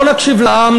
לא נקשיב לעם,